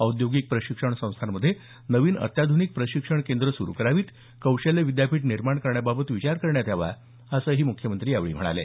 औद्योगिक प्रशिक्षण संस्थामध्ये नवीन अत्याध्निक प्रशिक्षण केंद्र सुरू करावीत कौशल्य विद्यापीठ निर्माण करण्याबाबत विचार करण्यात यावा असं मुख्यमंत्री म्हणाले